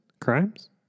Crimes